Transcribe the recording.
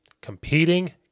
competing